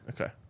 Okay